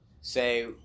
say